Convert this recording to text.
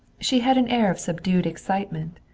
she had an air of subdued excitement,